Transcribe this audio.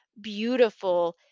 beautiful